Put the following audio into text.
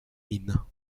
mines